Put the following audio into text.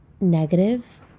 negative